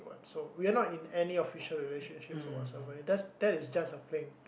what so we're not in any official relationships or what so ever that is that is just a thing